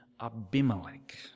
Abimelech